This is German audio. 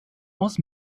aus